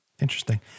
Interesting